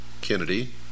Kennedy